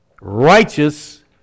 righteous